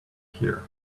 here